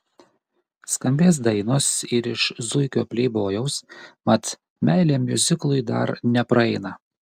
skambės dainos ir iš zuikio pleibojaus mat meilė miuziklui dar nepraeina